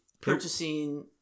purchasing